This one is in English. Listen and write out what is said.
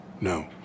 no